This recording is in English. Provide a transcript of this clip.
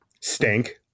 Stink